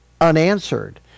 unanswered